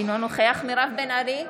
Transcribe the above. אינו נוכח מירב בן ארי,